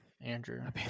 Andrew